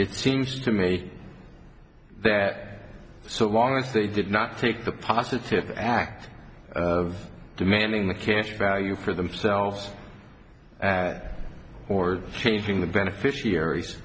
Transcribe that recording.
it seems to me that so long as they did not take the positive act of demanding the cash value for themselves that or changing the beneficiaries